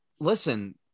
listen